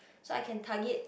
so I can target